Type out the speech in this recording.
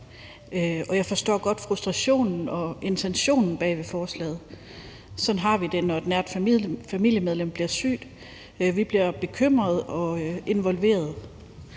og jeg forstår godt frustrationen og intentionen bag forslaget. Sådan har vi det, når et nært familiemedlem bliver sygt. Vi bliver bekymrede og involverede.